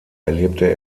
erlebte